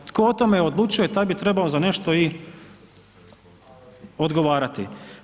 Tko o tome odlučuje taj bi trebao za nešto i odgovarati.